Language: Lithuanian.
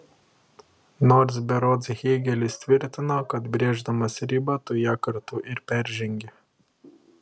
nors berods hėgelis tvirtino kad brėždamas ribą tu ją kartu ir peržengi